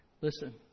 Listen